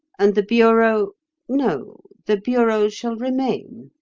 and the bureau no, the bureau shall remain.